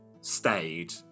stayed